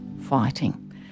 fighting